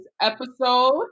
episode